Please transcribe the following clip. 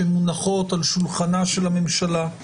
שמונחות על שולחנה של הממשלה,